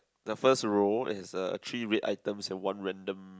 the first row is a three red items and one random